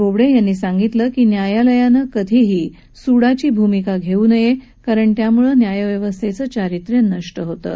बोबडे यांनी सांगितलं की न्यायानं कधीही सूडाची भूमिका घेऊ नये कारण त्यामुळे न्यायव्यस्थेचं चारित्र्य नष्ट होतं